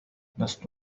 لست